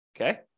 Okay